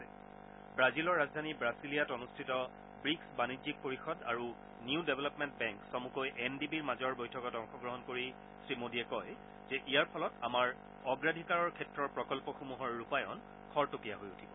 ৱাজিলৰ ৰাজধানী ৱাছিলিয়াত অনুষ্ঠিত ৱিকছ বাণিজ্যিক পৰিষদ আৰু নিউ ডেভেলপমেণ্ট বেংক চমুকৈ এন ডি বিৰ মাজৰ বৈঠকত অংশগ্ৰহণ কৰি শ্ৰীমোদীয়ে কয় যে ইয়াৰ ফলত আমাৰ অগ্ৰাধিকাৰৰ ক্ষেত্ৰৰ প্ৰকল্পসমূহৰ ৰূপায়ণ খৰতকীয়া হৈ উঠিব